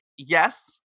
Yes